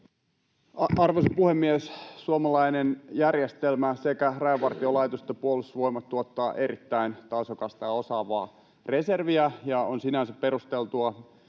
Arvoisa puhemies! Suomalainen järjestelmä, sekä Rajavartiolaitos että Puolustusvoimat, tuottaa erittäin tasokasta ja osaavaa reserviä, ja on sinänsä perusteltua